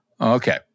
Okay